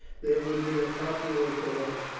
there would be a popular tumult,